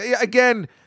again